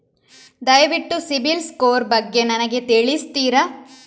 ದಯವಿಟ್ಟು ಸಿಬಿಲ್ ಸ್ಕೋರ್ ಬಗ್ಗೆ ನನಗೆ ತಿಳಿಸ್ತಿರಾ?